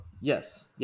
Yes